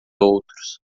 outros